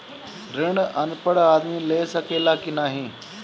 ऋण अनपढ़ आदमी ले सके ला की नाहीं?